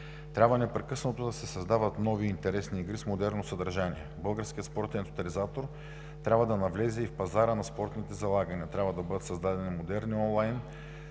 Трябва непрекъснато да се създават нови интересни игри с модерно съдържание. Българският спортен тотализатор трябва да навлезе и в пазара на спортните залагания. Трябва да бъдат създадени модерни онлайн